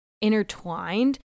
intertwined